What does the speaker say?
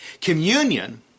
Communion